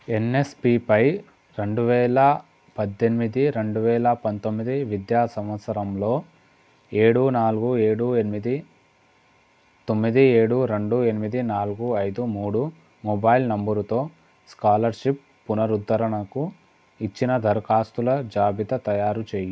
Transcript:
ఎన్ఎస్పిపై రెండువేల పద్దెనిమిది రెండువేల పంతొమ్మిది విద్యా సంవత్సరంలో ఏడు నాలుగు ఏడు ఎనిమిది తొమ్మిది ఏడు రెండు ఎనిమిది నాలుగు ఐదు మూడు మొబైల్ నంబరుతో స్కాలర్షిప్ పునరుద్ధరణకు ఇచ్చిన దరఖాస్తుల జాబితా తయారు చేయి